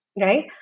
right